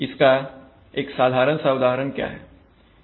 इसका एक साधारण सा उदाहरण क्या है